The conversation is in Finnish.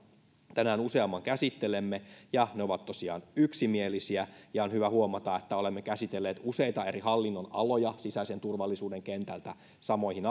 tänään useamman käsittelemme ja ne ovat tosiaan yksimielisiä ja on hyvä huomata että olemme käsitelleet useita eri hallinnonaloja sisäisen turvallisuuden kentältä samoihin